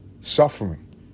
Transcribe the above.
suffering